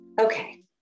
Okay